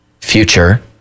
future